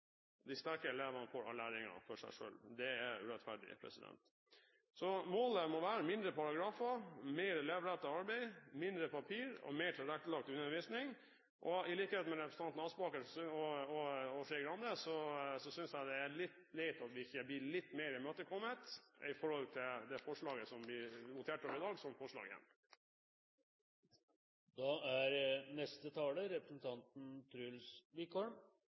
de sterke elevene får ha læringen for seg selv. Det er urettferdig. Målet må være mindre paragrafer, mer elevrettet arbeid, mindre papir og mer tilrettelagt undervisning. I likhet med representanten Aspaker og Skei Grande synes jeg det er litt leit at vi ikke blir litt mer imøtekommet når det gjelder det forslaget som blir votert over i dag, forslag